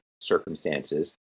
circumstances